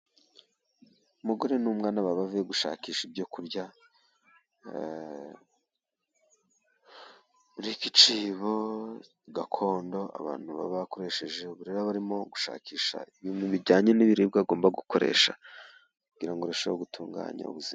Umugore n'umwana baba bavuye gushakisha ibyo kurya, burimo giciro gakondo, abantu baba bakoresheje, barimo gushakisha, ibintu bijyanye n'ibiribwa agomba gukoresha, kugirango arusheho gutunganya ubuzima.